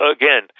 again